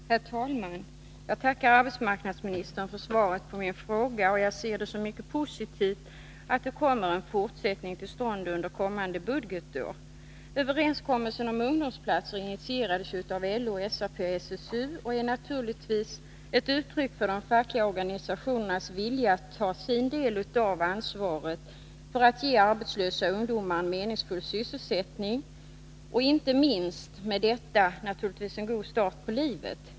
Herr talman! Jag tackar arbetsmarknadsministern för svaret på min fråga. Jag ser det som mycket positivt att en fortsättning på verksamheten med ungdomsplatser kommer till stånd under nästa budgetår. Överenskommelsen om ungdomsplatser initierades av LO, SAP och SSU, och naturligtvis är den ett uttryck för de fackliga organisationernas vilja att ta sin del av ansvaret för att ge arbetslösa ungdomar en meningsfull sysselsättning och, inte minst, därmed en god start i livet.